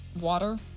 water